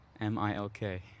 M-I-L-K